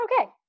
okay